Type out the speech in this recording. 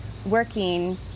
working